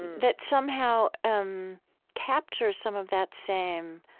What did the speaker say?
that somehow um captures some of that same,